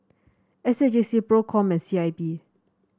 S A J C Procom and C I B